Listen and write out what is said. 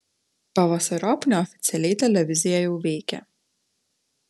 pavasariop neoficialiai televizija jau veikia